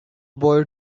boy